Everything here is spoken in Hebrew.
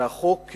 והחוק,